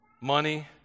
money